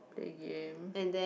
a game